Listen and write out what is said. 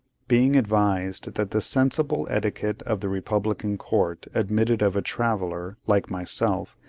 being advised that the sensible etiquette of the republican court admitted of a traveller, like myself,